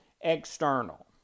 external